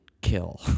kill